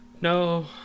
No